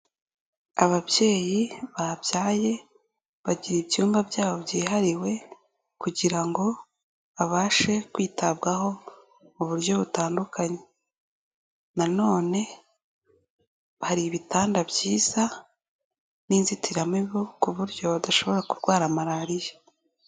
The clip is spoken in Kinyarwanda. Ababyeyi babyaye bagira ibyumba byabo byihariwe kugira ngo babashe kwitabwaho mu buryo butandukanye na none hari ibitanda byiza n'inzitiramibu ku buryo badashobora kurwara Malariya.